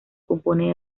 compone